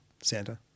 Santa